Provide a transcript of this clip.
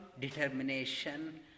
determination